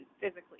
physically